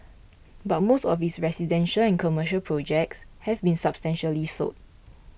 but most of its residential and commercial projects have been substantially sold